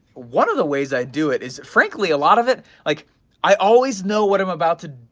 one of the ways i do it is frankly, a lot of it, like i always know what i'm about to,